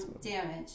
damage